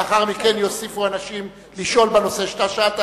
לאחר מכן יוסיפו אנשים לשאול בנושא שאתה שאלת.